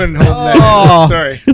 sorry